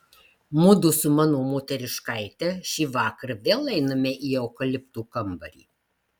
mudu su mano moteriškaite šįvakar vėl einame į eukaliptų kambarį